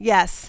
Yes